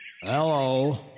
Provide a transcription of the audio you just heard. Hello